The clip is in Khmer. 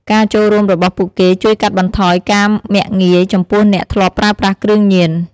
ការចូលរួមរបស់ពួកគេជួយកាត់បន្ថយការមាក់ងាយ ចំពោះអ្នកធ្លាប់ប្រើប្រាស់គ្រឿងញៀន។